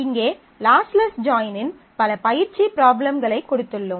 இங்கே லாஸ்லெஸ் ஜாயினின் பல பயிற்சி ப்ராப்ளம்களைக் கொடுத்துள்ளோம்